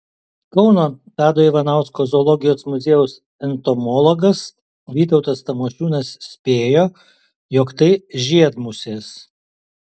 kauno tado ivanausko zoologijos muziejaus entomologas vytautas tamošiūnas spėjo jog tai žiedmusės